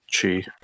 Chi